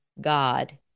God